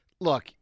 look